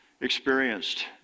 experienced